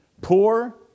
poor